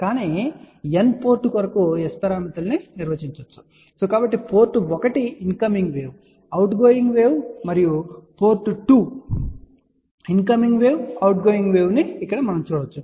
కాని N port కొరకు S పారామితులను నిర్వచించవచ్చు కాబట్టి port 1 incoming wave outgoing wave మరియు port 2 incoming wave outgoing wave ను ఇక్కడ చూడవచ్చు